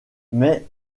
mais